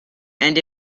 and